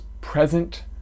present